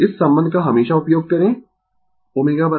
इस संबंध का हमेशा उपयोग करें ω 2π T